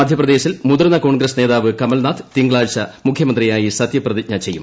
മധ്യപ്രദേശിൽ മുതിർന്ന കോൺഗ്രസ് നേതാവ് കമൽ നാഥ് തിങ്കളാഴ്ച മുഖ്യമന്ത്രിയായി സത്യപ്രതിജ്ഞ ചെയ്യും